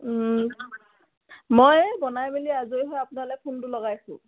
মই বনাই মেলি আজৰি হয় আপোনালে ফোনটো লগাইছোঁ